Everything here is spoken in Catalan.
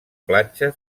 platja